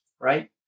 right